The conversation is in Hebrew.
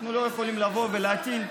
אנחנו לא יכולים לבוא ולהטיל מס.